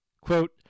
Quote